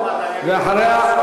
ואחריה,